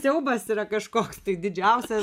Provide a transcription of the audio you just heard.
siaubas yra kažkoks tai didžiausias